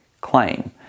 claim